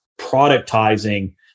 productizing